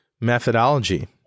methodology